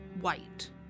white